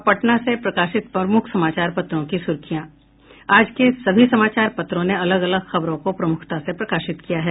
अब पटना से प्रकाशित प्रमुख समाचार पत्रों की सुर्खियां आज के सभी समाचार पत्रों ने अलग अलग खबरों को प्रमुखता से प्रकाशित किया है